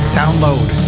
download